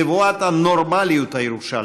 נבואת הנורמליות הירושלמית.